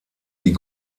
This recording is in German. die